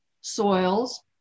soils